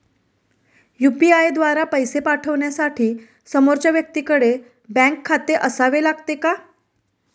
UPI द्वारा पैसे पाठवण्यासाठी समोरच्या व्यक्तीकडे बँक खाते असावे लागते का?